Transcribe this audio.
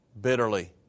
bitterly